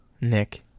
Nick